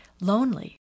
lonely